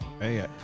Hey